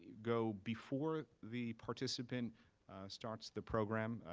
go before the participant starts the program,